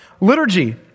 Liturgy